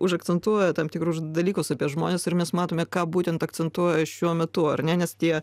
užakcentuoja tam tikrus dalykus apie žmones ir mes matome ką būtent akcentuoja šiuo metu ar ne nes tie